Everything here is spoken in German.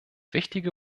wichtige